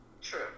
True